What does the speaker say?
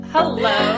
Hello